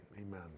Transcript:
Amen